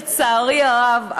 לצערי רב,